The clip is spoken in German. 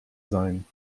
sein